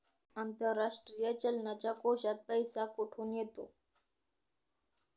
आंतरराष्ट्रीय चलनाच्या कोशात पैसा कुठून येतो?